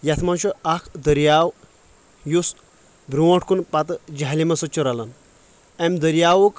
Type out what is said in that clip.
یتھ منٛز چھُ اکھ دریاو یُس برونٛٹھ کُن پتہٕ جہلِمس سۭتۍ چھُ رلان امہِ دریاوُک